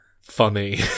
funny